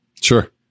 Sure